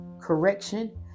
correction